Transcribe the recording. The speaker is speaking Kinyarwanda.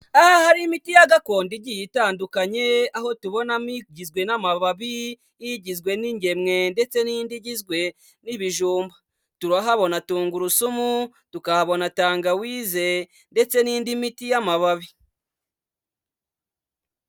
Aha hari imiti ya gakondo igiye itandukanye, aho tubonamo igizwe n'amababi, igizwe n'ingemwe ndetse n'indi igizwe n'ibijumba, turahabona tungurusumu, tukahabona tangawize ndetse n'indi miti y'amababi.